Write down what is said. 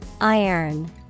Iron